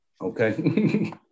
okay